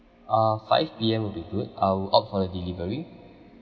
uh five P_M would be good I'll opt for the delivery